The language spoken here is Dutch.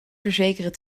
verzekeren